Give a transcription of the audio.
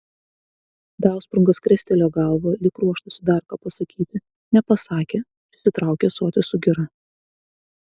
dausprungas krestelėjo galvą lyg ruoštųsi dar ką pasakyti nepasakė prisitraukė ąsotį su gira